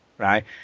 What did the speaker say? right